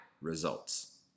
results